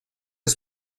has